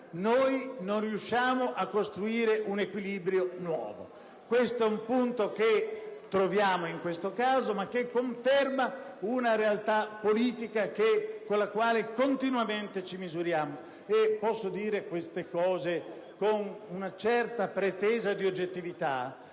noi non riusciamo a costruire un equilibrio nuovo. Questo è un punto che conferma una realtà politica con la quale continuamente ci misuriamo. Posso dire ciò con una certa pretesa di oggettività